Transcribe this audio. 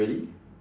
really